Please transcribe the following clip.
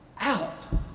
out